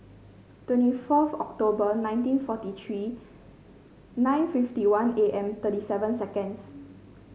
twenty fourth October nineteen forty three nine fifty one A M thirty seven seconds